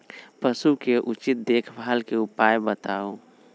पशु के उचित देखभाल के उपाय बताऊ?